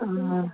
हाँ